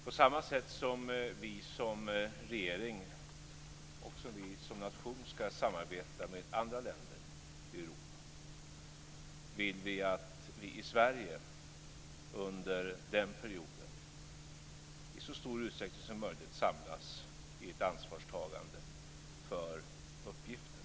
På samma sätt som vi som regering och vi som nation ska samarbeta med andra länder i Europa vill jag att vi i Sverige under den perioden i så stor utsträckning som möjligt samlas i ett ansvarstagande för uppgiften.